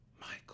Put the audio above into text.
Michael